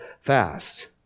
fast